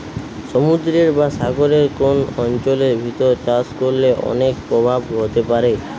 সমুদ্রের বা সাগরের কোন অঞ্চলের ভিতর চাষ করলে অনেক প্রভাব হতে পারে